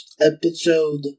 Episode